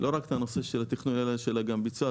כל תאונה הופכת לפיגוע.